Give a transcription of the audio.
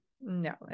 no